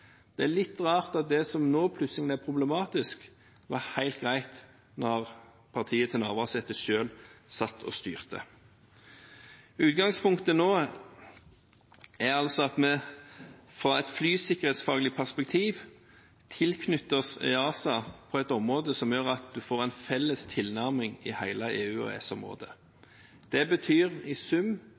Det er litt rart at det som nå plutselig er problematisk, var helt greit da partiet til Navarsete selv styrte. Utgangspunktet nå er at en fra et flysikkerhetsfaglig perspektiv tilknyttes EASA på et område som gjør at en får en felles tilnærming i hele EU/EØS-området. Det betyr i sum